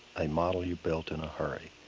a model you built in a hurry.